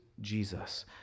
Jesus